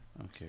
Okay